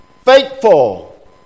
faithful